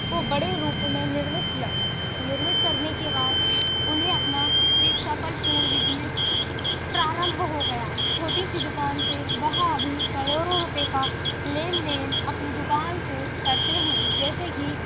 को बड़े रूप में निर्मित किया निर्मित करने के बाद उन्हें अपना एक सफलपूर्ण बिजनेस प्रारंभ हो गया छोटी सी दुकान से वहाँ भी करोड़ों रुपये का लेन देन अपनी दुकान से करते हैं जैसे कि